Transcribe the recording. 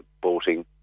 boating